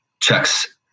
checks